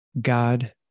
God